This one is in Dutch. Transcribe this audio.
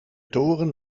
toren